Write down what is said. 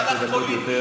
מהלך פוליטי,